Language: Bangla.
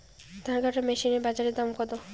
ধান কাটার মেশিন এর বাজারে দাম কতো?